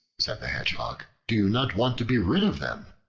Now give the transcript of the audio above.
said the hedgehog do you not want to be rid of them?